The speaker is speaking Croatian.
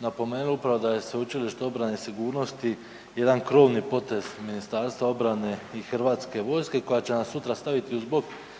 napomenuli da je upravo Sveučilište obrane i sigurnosti jedan krovni potez MORH-a i Hrvatske vojske koja će nas sutra staviti uz bok